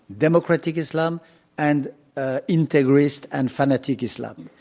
democratic islam and ah integrist and fanatic islam.